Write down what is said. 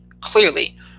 Clearly